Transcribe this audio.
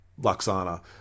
Luxana